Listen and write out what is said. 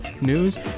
news